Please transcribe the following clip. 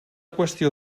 qüestió